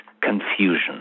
confusion